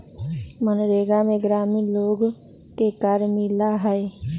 मनरेगा में ग्रामीण लोग के कार्य मिला हई